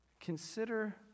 Consider